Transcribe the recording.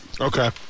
Okay